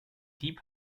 dieb